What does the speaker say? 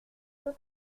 peu